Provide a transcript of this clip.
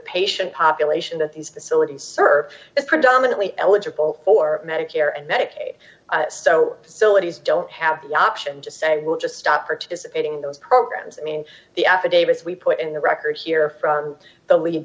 patient population that these facilities serve is predominately eligible d for d medicare and medicaid so facilities don't have the option to say we'll just stop participating those programs i mean the affidavits we put in the record here from the lead